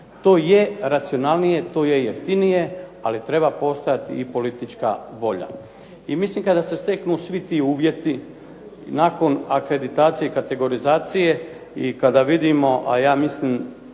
To je racionalnije, to je jeftinije, ali treba postojati i politička volja. I mislim kada se steknu svi ti uvjeti nakon akreditacije i kategorizacije i kada vidimo, a ja mislim